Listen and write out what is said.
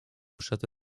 przed